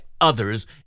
others